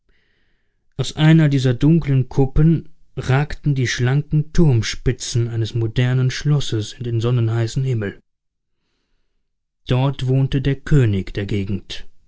aus einer dieser dunklen kuppen ragten die schlanken turmspitzen eines modernen schlosses in den sonnenheißen himmel dort wohnte der könig der gegend